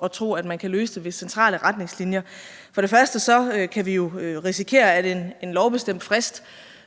og tro, at man kan løse det med centrale retningslinjer. For det første kan vi jo risikere, at en lovbestemt frist